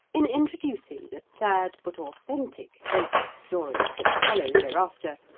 in introducing the sad but authentic ghost stories that follow hereafter,